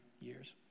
years